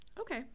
Okay